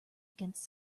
against